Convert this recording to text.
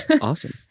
Awesome